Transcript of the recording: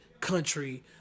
country